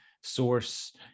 source